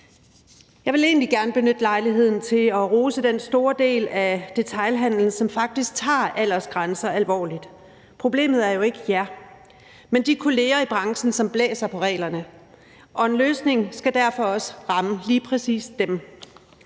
Jeg vil egentlig gerne benytte lejligheden til at rose den store del af detailhandelen, som faktisk tager aldersgrænser alvorligt. Problemet er jo ikke jer, men de kolleger i branchen, som blæser på reglerne, og en løsning skal derfor også ramme lige præcis dem.